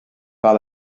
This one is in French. par